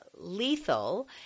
lethal